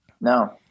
No